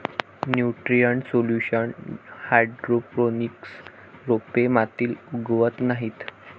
nutrient solution hydroponics रोपे मातीत उगवत नाहीत